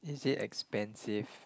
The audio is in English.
is it expensive